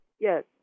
Yes